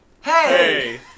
Hey